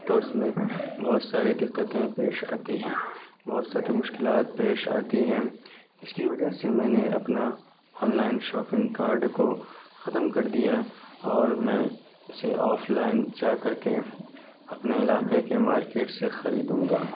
تو اس میں بہت ساری دقتیں پیش آتی ہیں بہت ساری مشکلات پیش آتی ہیں اس کی وجہ سے میں نے اپنا آن لائن شاپنگ کارڈ کو ختم کر دیا اور میں اسے آف لائن جا کر کے اپنے علاقے کے مارکیٹ سے خریدوں گا